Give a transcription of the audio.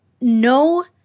no